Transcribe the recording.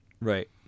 right